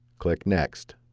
click next.